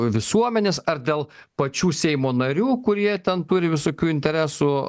visuomenės ar dėl pačių seimo narių kurie ten turi visokių interesų